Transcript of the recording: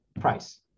price